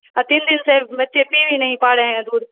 اور تین دن سے بچے پی بھی نہیں پا رہے ہیں دودھ